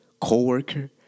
co-worker